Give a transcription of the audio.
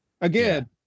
Again